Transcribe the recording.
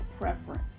preference